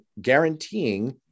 guaranteeing